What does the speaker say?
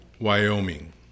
Wyoming